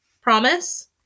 Promise